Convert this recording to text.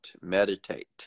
Meditate